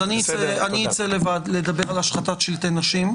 אני אצא לבד לדבר על השחתת שלטי נשים.